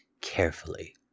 carefully